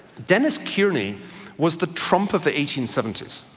dennis kierney was the trump of the eighteen seventy s.